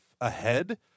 ahead